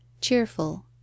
cheerful